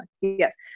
Yes